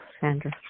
Sandra